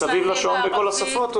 מסביב לשעון בכל השפות?